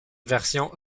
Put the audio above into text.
version